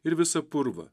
ir visą purvą